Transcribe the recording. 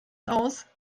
aus